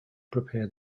prepare